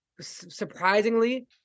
surprisingly